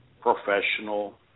professional